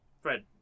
Fred